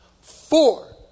Four